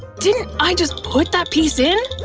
didn't i just put that piece in?